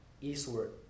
eastward